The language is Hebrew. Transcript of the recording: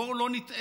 בואו לא נטעה.